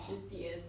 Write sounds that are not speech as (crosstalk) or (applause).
(noise)